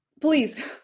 please